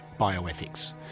bioethics